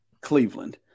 Cleveland